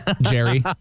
jerry